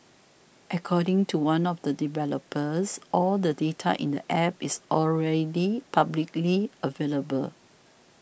according to one of the developers all the data in the App is already publicly available